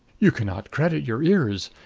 you can not credit your ears.